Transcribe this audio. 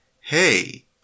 hey